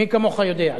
מי כמוך יודע.